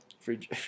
Free